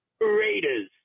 Raiders